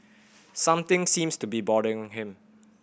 something seems to be bothering him